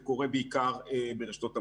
זה קורה בעיקר ברשתות המזון.